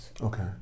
Okay